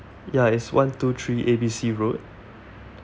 ya it's one two three A B C road